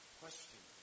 question